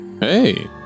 Hey